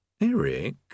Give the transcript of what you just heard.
Eric